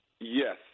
Yes